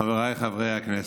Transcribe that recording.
חבריי חברי הכנסת,